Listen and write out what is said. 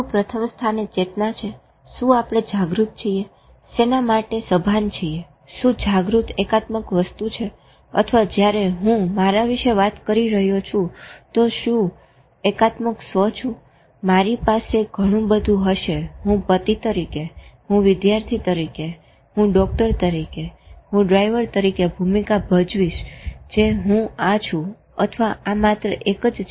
શું પ્રથમ સ્થાને ચેતના છે શું આપણે જાગૃત છીએ સેના માટે સભાન છીએ શું જાગૃતતા એકાત્મક વસ્તુ છે અથવા જયારે હું મારા વિશે વાત કરી રહ્યો છું તો હું શું એકાત્મક સ્વ છું મારી પાસે ઘણું બધું હશે હું પતિ તરીકે હું વિદ્યાર્થી તરીકે હું ડોક્ટર તરીકે હું ડ્રાઈવર તરીકે ભૂમિકા ભજવીશ જે હું આ છું અથવા આ માત્ર એક જ છે